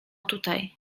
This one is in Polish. tutaj